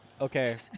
Okay